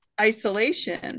isolation